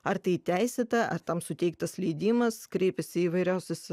ar tai teisėta ar tam suteiktas leidimas kreipiasi į įvairiausias